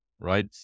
right